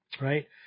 Right